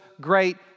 great